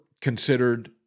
considered